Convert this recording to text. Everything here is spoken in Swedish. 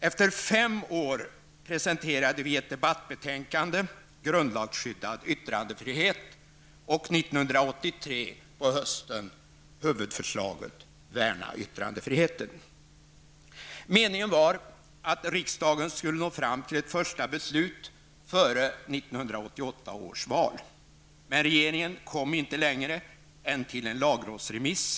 Efter fem år presenterade vi ett debattbetänkande, Grundlagsskyddad yttrandefrihet, och 1983 på hösten huvudförslaget, Värna yttrandefriheten. Meningen var att riksdagen skulle nå fram till ett första beslut före 1988 års val. Men regeringen kom inte längre än till en lagrådsremiss.